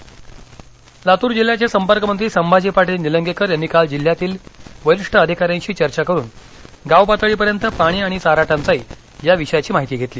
लातर् लातूर जिल्ह्याचे संपर्क मंत्री संभाजी पाटील निलंगेकर यांनी काल जिल्ह्यातील वरिष्ठ अधिकाऱ्यांशी चर्चा करुन गावपातळी पर्यंत पाणी आणि चारा टंचाई या विषयाची माहिती घेतली